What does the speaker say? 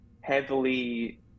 heavily